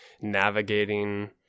navigating